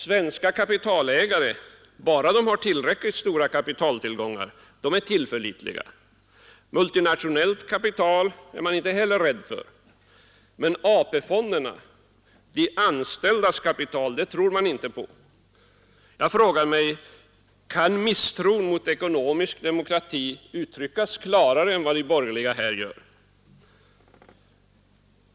Svenska kapitalägare — bara de har tillräckligt stora kapitaltillgångar — är tillförlitliga, och multinationellt kapital är man inte rädd för, men de anställdas kapital, AP-fonderna, tror man inte på. Jag frågar mig om misstron mot ekonomisk demokrati kan uttryckas klarare än de borgerliga gör här?